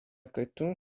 cartoon